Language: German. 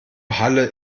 halle